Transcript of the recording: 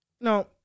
No